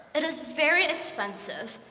it is very expensive,